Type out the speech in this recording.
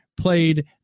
played